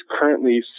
currently